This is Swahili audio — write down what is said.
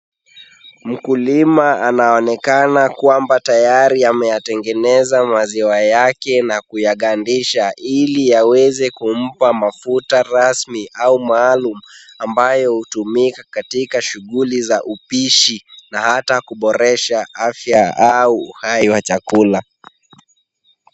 Mkulima anaonekana kwamba tayari ameyatengeneza maziwa yake na kuyagandisha ili aweze kumpa mafuta rasmi au maalum ambayo hutumika katika shughuli za upishi na hata kuboresha afya au uhai wa chakula.